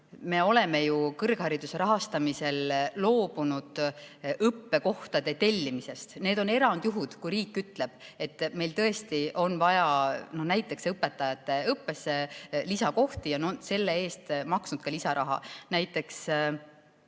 me oleme ju kõrghariduse rahastamisel loobunud õppekohtade tellimisest. Need on erandjuhud, kui riik ütleb, et meil tõesti on vaja näiteks õpetajate õppesse lisakohti, ja on selle eest maksnud ka lisaraha. Näiteks